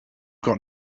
got